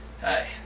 Hi